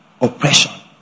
oppression